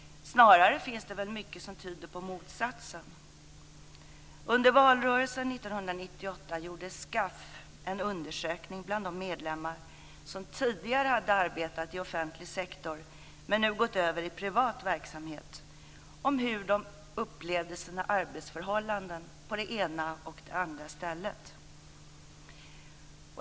Snarare finns det väl mycket som tyder på motsatsen. Under valrörelsen 1998 gjorde SKAF en undersökning bland de medlemmar som tidigare hade arbetat i offentlig sektor men gått över i privat verksamhet om hur de upplevde sina arbetsförhållanden på det ena och det andra stället.